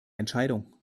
entscheidung